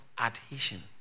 adhesion